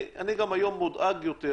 אני היום מודאג יותר